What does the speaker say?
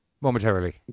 momentarily